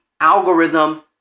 algorithm